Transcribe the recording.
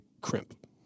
crimp